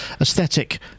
aesthetic